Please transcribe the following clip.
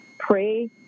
pray